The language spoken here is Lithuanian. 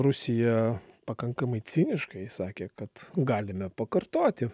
rusija pakankamai ciniškai sakė kad galime pakartoti